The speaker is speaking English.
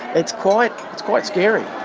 it's quite it's quite scary.